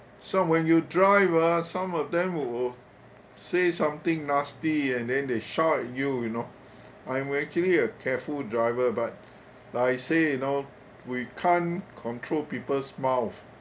so when you drive ah some of them will say something nasty and then they shout at you you know I'm actually a careful driver but I say you know we can't control people's mouth